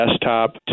desktop